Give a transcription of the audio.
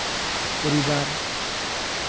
ᱯᱚᱨᱤᱵᱟᱨ